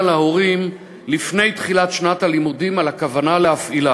להורים לפני תחילת שנת הלימודים על הכוונה להפעילה,